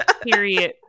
period